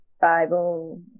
Bible